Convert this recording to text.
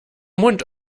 mund